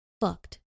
fucked